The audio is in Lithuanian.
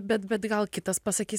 bet bet gal kitas pasakys